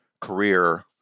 career